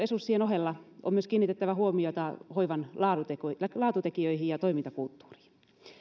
turvaamiseen henkilöstöresurssien ohella on myös kiinnitettävä huomiota hoivan laatutekijöihin laatutekijöihin ja toimintakulttuuriin